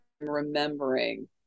remembering